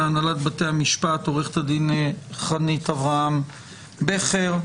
מהנהלת בתי המשפט עורכת הדין חנית אברהם בכר.